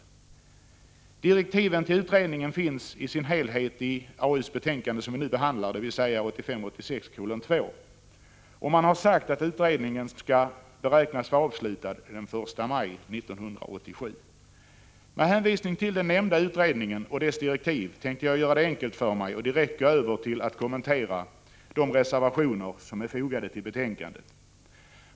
Direktiven till utredningen finns i sin helhet i det betänkande från arbetsmarknadsutskottet som vi nu behandlar, dvs. 1985/86:2. Utredningen beräknas vara avslutad den 1 maj 1987. Med hänvisning till den nämnda utredningen och dess direktiv tänkte jag göra det enkelt för mig och direkt gå över till att kommentera de reservationer som är fogade till betänkandet.